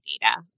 data